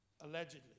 Allegedly